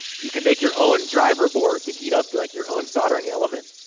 you can make your own driver board to heat up your like your own soldering element.